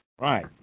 Right